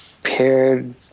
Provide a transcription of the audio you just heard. paired